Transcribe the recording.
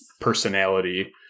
personality